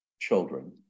children